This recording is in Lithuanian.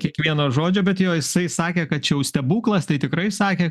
kiekvieno žodžio bet jo jisai sakė kad čia jau stebuklas tai tikrai sakė